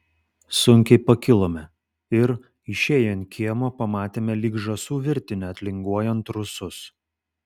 sunkiai pakilome ir išėję ant kiemo pamatėme lyg žąsų virtinę atlinguojant rusus